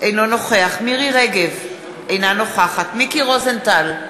אינו נוכח מירי רגב, אינה נוכחת מיקי רוזנטל,